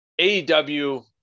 AEW